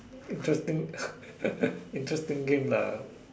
interesting interesting game lah